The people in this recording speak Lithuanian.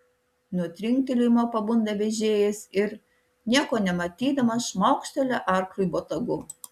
nuo trinktelėjimo pabunda vežėjas ir nieko nematydamas šmaukštelia arkliui botagu